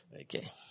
Okay